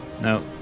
No